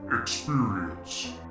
EXPERIENCE